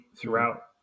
throughout